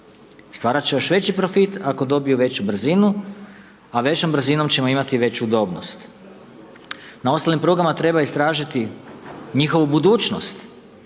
stvaraju još veći profit, ako dobiju veću brzinu, a većom brzinom ćemo imati veću udobnost. Na ostalim prugama treba istražiti njihovu budućnost,